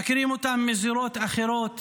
מכירים אותם מזירות אחרות